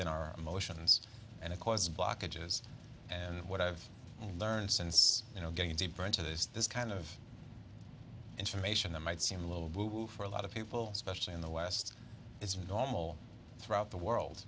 than our emotions and of course blockages and what i've learned since you know going deeper into this this kind of information that might seem a little blue for a lot of people especially in the west is normal throughout the world